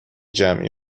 جمعی